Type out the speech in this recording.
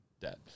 debt